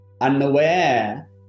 unaware